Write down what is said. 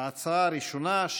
ההצעה הראשונה,